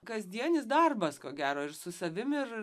kasdienis darbas ko gero ir su savimi ir